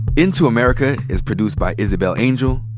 into america is produced by isabel angel,